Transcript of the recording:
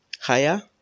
higher